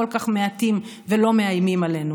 לא הייתי נכנס בשערי האקדמיה.